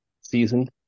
season